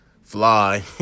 fly